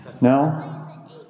No